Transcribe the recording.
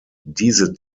diese